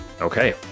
okay